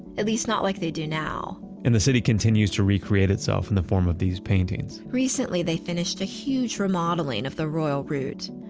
at least not like they do now. and the city continues to recreate itself in the form of these paintings recently, they finished a huge remodeling of the royal route,